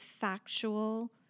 factual